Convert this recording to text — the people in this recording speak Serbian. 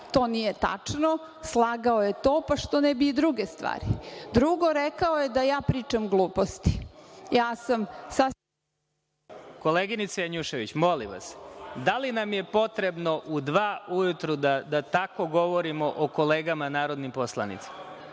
To nije tačno, slagao je to, pa što ne bi i druge stvari. Drugo, rekao je da ja pričam gluposti. **Vladimir Marinković** Koleginice Janjušević, molim vas, da li nam je potrebno u dva ujutru da tako govorimo o kolegama narodnim poslanicima